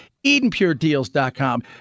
EdenPureDeals.com